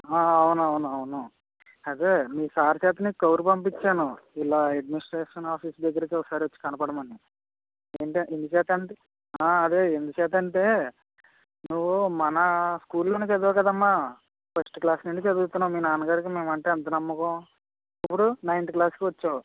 అవునవును అవును అదే మీ సార్ చేత నేను కబురు పంపించాను ఇలా అడ్మినిస్ట్రేషన్ ఆఫీస్ దగ్గరకి వచ్చి ఒకసారి కనపడమని ఏంటంటే ఎందుచే అదే ఎందుచేత అంటే నువ్వు మన స్కూల్లోనే చదివావు కదమ్మా ఫస్ట్ క్లాస్ నుంచి చదువుతున్నావు మీ నాన్న గారికి మేమంటే ఎంత నమ్మకం ఇప్పుడు నైన్త్ క్లాసుకి వచ్చావు